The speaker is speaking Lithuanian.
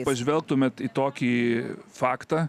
pažvelgtumėt į tokį faktą